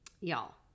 Y'all